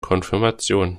konfirmation